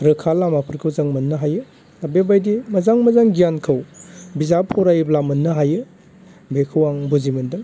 रोखा लामाफोरखौ जों मोननो हायो दा बेबायदि मोजां मोजां गियानखौ बिजाब फरायोब्ला मोननो हायो बेखौ आं बुजि मोनदों